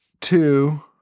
Two